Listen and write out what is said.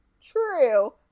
true